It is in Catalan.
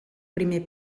primer